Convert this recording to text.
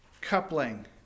coupling